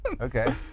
Okay